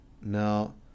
Now